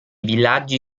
villaggi